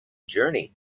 journey